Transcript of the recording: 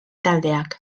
taldeak